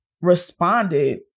responded